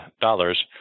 dollars